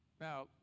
Now